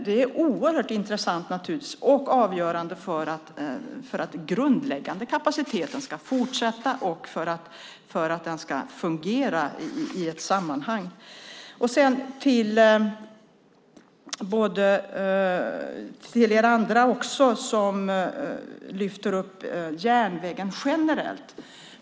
Det är naturligtvis oerhört intressant och avgörande för att den grundläggande kapaciteten ska fortsätta fungera i ett sammanhang. Här i debatten har man lyft fram järnvägen generellt.